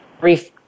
brief